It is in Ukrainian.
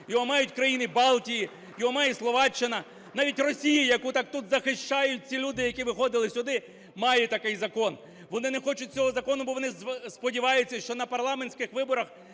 Його мають країни Балтії, його має Словаччина. Навіть Росія, яку так тут захищають ці люди, які виходили сюди, має такий закон. Вони не хочуть цього закону, бо вони сподіваються, що на парламентських виборах